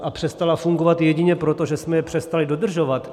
A přestala fungovat jedině proto, že jsme je přestali dodržovat.